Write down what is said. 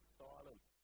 silent